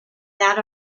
that